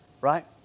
Right